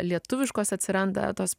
lietuviškos atsiranda tos